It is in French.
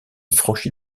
franchit